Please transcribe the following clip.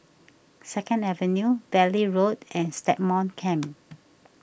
Second Avenue Valley Road and Stagmont Camp